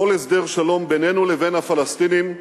כל הסדר שלום בינינו לבין הפלסטינים,